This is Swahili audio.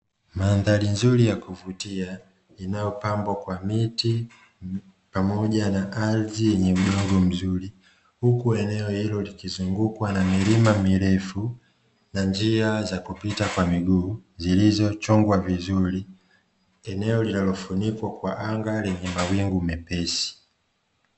Mandhari nzuri ya kuvutia inayopambwa kwa miti pamoja na ardhi yenye udogo mzuri, huku eneo hilo likizungukwa na milima mirefu na njia za kupita kwa miguu zilizochongwa vizuri. Eneo linalofunikwa kwa anga lenye mawingu mepesi.